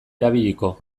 erabiliko